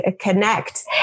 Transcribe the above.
connect